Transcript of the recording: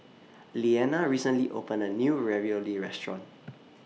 Leana recently opened A New Ravioli Restaurant